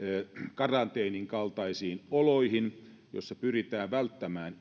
karanteenin kaltaisiin oloihin joissa pyritään välttämään